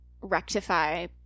rectify